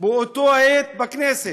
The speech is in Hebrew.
באותה העת בכנסת,